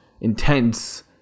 intense